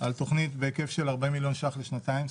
על תוכנית בהיקף של 40 מיליון ש"ח לשנתיים,